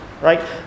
right